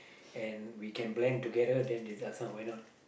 and we can blend together then uh this one why not